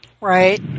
Right